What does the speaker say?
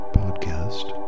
podcast